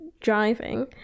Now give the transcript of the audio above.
driving